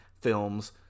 films